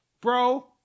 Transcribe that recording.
Bro